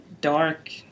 dark